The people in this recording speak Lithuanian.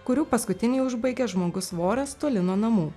kurių paskutinį užbaigia žmogus voras toli nuo namų